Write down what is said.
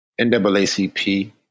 NAACP